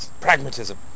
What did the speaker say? pragmatism